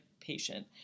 patient